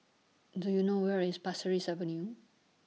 Do YOU know Where IS Pasir Ris Avenue